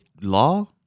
law